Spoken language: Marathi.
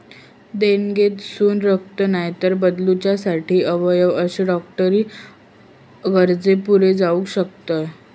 देणगेतसून रक्त, नायतर बदलूच्यासाठी अवयव अशे डॉक्टरी गरजे पुरे जावक शकतत